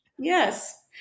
Yes